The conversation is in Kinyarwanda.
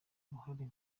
uruhara